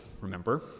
remember